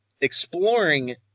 exploring